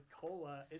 cola